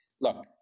look